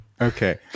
Okay